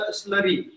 slurry